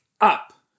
up